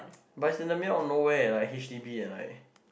but it's in the mile of no way like H_D_B and like